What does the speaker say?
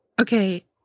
okay